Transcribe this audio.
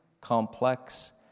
complex